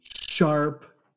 sharp